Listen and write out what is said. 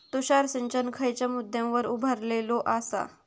तुषार सिंचन खयच्या मुद्द्यांवर उभारलेलो आसा?